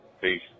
Peace